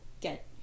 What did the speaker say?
get